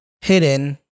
hidden